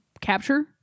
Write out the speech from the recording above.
Capture